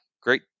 great